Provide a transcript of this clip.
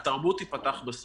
שהתרבות תיפתח רק בסוף.